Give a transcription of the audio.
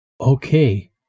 Okay